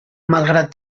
malgrat